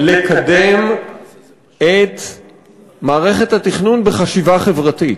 צריך לקדם את מערכת התכנון בחשיבה חברתית.